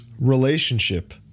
relationship